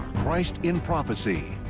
christ in prophecy,